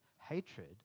hatred